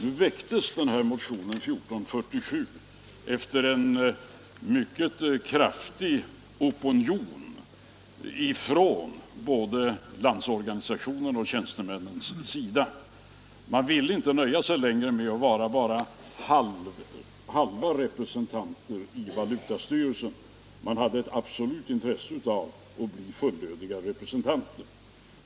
Nu väcktes den här motionen, nr 1447, efter en mycket kraftig opinion från både Landsorganisationens och tjänstemännens sida. Man ville inte längre nöja sig med att vara bara halva representanter i valutastyrelsen; man hade ett absolut intresse av att bli fullödiga representanter.